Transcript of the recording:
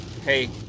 hey